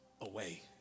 away